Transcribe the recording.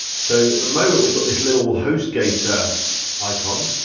so at the moment, we've got this little hostgator icon.